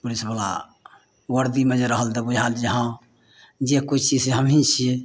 police बला बर्दीमे जे रहल तऽ बुझाएल जे हँ जे कोइ छियै से हमही छियै